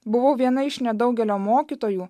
buvau viena iš nedaugelio mokytojų